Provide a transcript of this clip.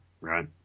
right